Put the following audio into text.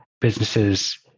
businesses